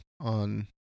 on